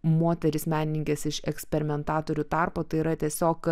moteris menininkes iš eksperimentatorių tarpo tai yra tiesiog